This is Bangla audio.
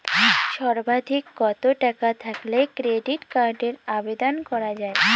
সর্বাধিক কত টাকা থাকলে ক্রেডিট কার্ডের আবেদন করা য়ায়?